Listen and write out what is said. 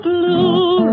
Blue